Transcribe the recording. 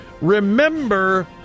remember